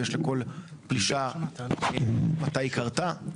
ויש לכל פלישה מתי היא קרתה.